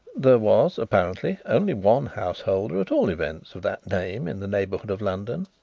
there was, apparently, only one householder at all events of that name in the neighbourhood of london.